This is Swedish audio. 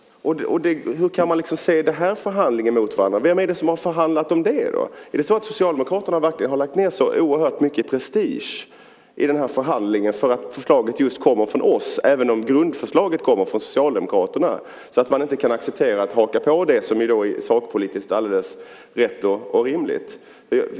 Hur kan man ställa detta mot varandra? Vem är det som har förhandlat om det? Har Socialdemokraterna verkligen lagt så oerhört mycket prestige i den här förhandlingen eftersom förslaget kom just från oss, även om grundförslaget kommer från Socialdemokraterna, att man inte kan acceptera att haka på det som sakpolitiskt är alldeles rätt och rimligt?